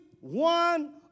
one